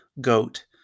Goat